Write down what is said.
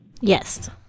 Yes